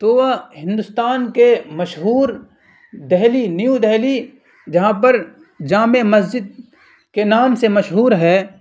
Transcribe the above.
تو وہ ہندوستان کے مشہور دلی نیو دلی جہاں پر جامع مسجد کے نام سے مشہور ہے